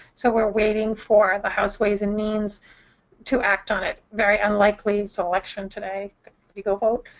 so we're waiting for the house ways and means to act on it. very unlikely it's election today go vote